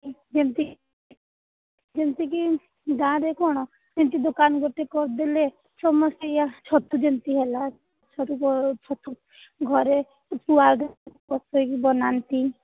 ଯେମିତି ଯେମିତି କି ଗାଁରେ କ'ଣ ଯେମିତି ଦୋକାନ ଗୋଟେ କରି ଦେଲେ ଛଅ ମାସ ଏୟା ଛତୁ ଯେମିତି ହେଲା ଛତୁ ଛତୁ ଘରେ ବସେଇକି ବନାନ୍ତି